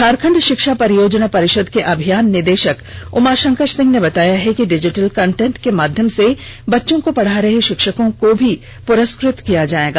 झारखंड शिक्षा परियोजना परिषद के अभियान निदेशक उमाशंकर सिंह ने बताया कि डिजिटल कंटेंट के माध्यम से बच्चों को पढा रहे शिक्षकों को भी पुरस्कृत किया जाएगा